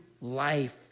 life